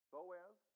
Boaz